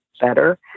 better